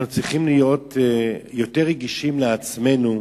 אנחנו צריכים להיות יותר רגישים לעצמנו,